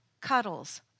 cuddles